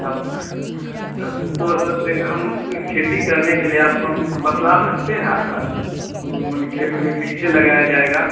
सब तब दें हम वे खेती करने के लिए आपको हम बतला सकते हैं आकर उसको मने खेत में कैसे लगाया जाएगा